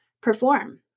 perform